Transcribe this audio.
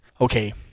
okay